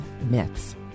myths